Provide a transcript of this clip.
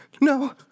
no